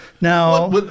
Now